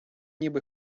ніби